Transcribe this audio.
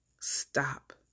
stop